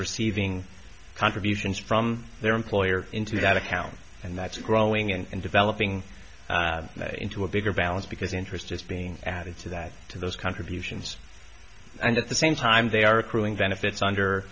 receiving contributions from their employer into that account and that's growing and developing into a bigger balance because interest is being added to that to those contributions and at the same time they are accruing benefits under